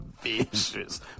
vicious